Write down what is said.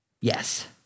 Yes